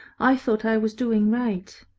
i thought i was doing right.